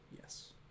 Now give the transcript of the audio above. Yes